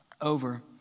over